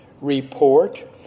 report